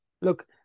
Look